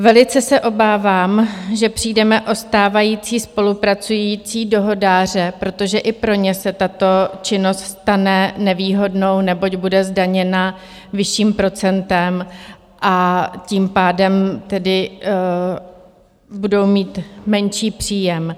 Velice se obávám, že přijdeme o stávající spolupracující dohodáře, protože i pro ně se tato činnost stane nevýhodnou, neboť bude zdaněna vyšším procentem a tím pádem budou mít menší příjem.